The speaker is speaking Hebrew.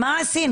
ואז מה עשינו?